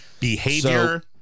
behavior